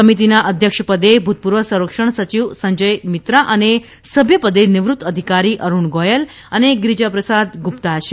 સમિતિના અધ્યક્ષપદે ભૂતપૂર્વ સંરક્ષણ સચિવ સંજય મિત્રા અને સભ્યપદે નિવૃત્ત અધિકારી અરૂણ ગોયલ અને ગિરિજાપ્રસાદ ગુપ્તા છે